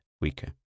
weaker